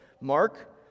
Mark